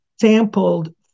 sampled